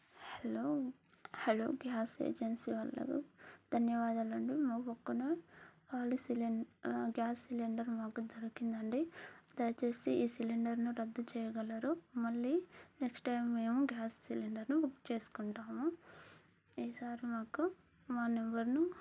hello hello gas agency వాళ్ళు ధన్యవాదాలు అండి మా పక్కన ఖాళీ సిలిం గ్యాస్ సిలిండర్ మాకు దొరికిందండి దయచేసి ఈ సిలిండర్ను రద్దు చేయగలరు మళ్ళీ నెక్స్ట్ టైం మేము గ్యాస్ సిలిండర్ను బుక్ చేసుకుంటాము ఈ సారి మాకు మా నెంబర్ను